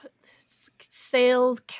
sales